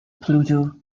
pluto